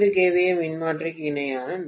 ஏ மின்மாற்றிக்கு இணையாக 100 கே